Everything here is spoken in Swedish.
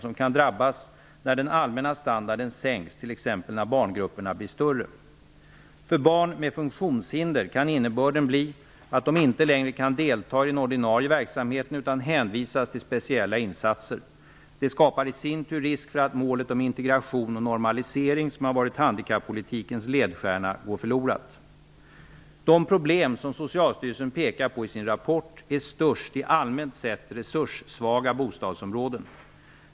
De kan drabbas när den allmänna standarden sänks, t.ex. när barngrupperna blir större. För barn med funktionshinder kan innebörden bli att de inte längre kan delta i den ordinarie verksamheten utan hänvisas till speciella insatser. Det skapar i sin tur risk för att målet om integration och normalisering, som har varit handikappolitikens ledstjärna, går förlorat. De problem som Socialstyrelsen pekar på i sin rapport är störst i allmänt sett resurssvaga bostadsområden.